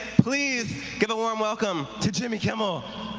please give a warm welcome to jimmy kimmel.